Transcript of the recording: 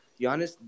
Giannis